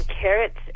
carrots